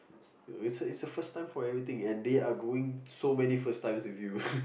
it's it's the first time for everything and they are going so many first times with you